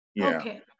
Okay